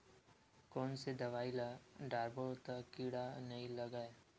कोन से दवाई ल डारबो त कीड़ा नहीं लगय?